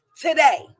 today